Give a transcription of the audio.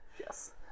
Yes